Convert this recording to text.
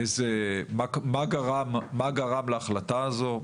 מה גרם להחלטה הזו.